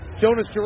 Jonas